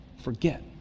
forget